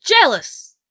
jealous